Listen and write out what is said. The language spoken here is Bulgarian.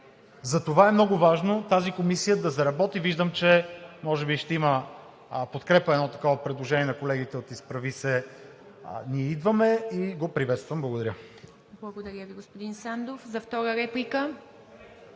Затова е много важно тази комисия да заработи – виждам, че може би ще има подкрепа едно такова предложение на колегите от „Изправи се БГ! Ние идваме!“ и го приветствам. Благодаря. ПРЕДСЕДАТЕЛ ИВА МИТЕВА: Благодаря Ви, господин Сандов. Втора реплика?